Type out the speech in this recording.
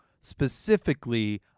specifically